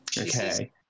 Okay